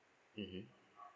mmhmm